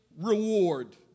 reward